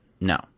No